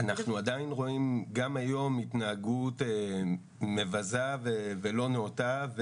אנחנו עדיין רואים גם היום התנהגות מבזה ולא נאותה.